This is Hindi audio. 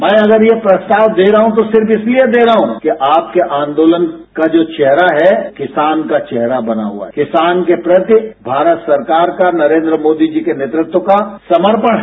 मैं अगर ये प्रस्ताव दे रहा हूं तो सिर्फ इसलिए दे रहा हूं कि आपके आंदोलन का जो चेहरा है किसान का चेहरा बना हुआ है किसान के प्रति भारत सरकार का नरेन्द्र मोदी जी के नेतृत्व का समर्पण है